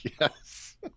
Yes